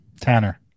Tanner